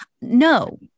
No